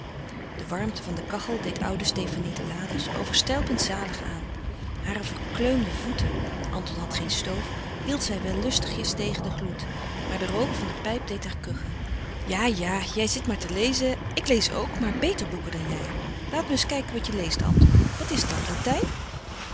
de warmte van de kachel deed oude stefanie de laders overstelpend zalig aan hare verkleumde voeten anton had geen stoof hield zij wellustigjes tegen den gloed maar de rook van de pijp deed haar kuchen ja ja jij zit maar te lezen ik lees ook maar beter boeken dan jij laat me eens kijken watje leest anton wat is dat latijn